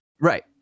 Right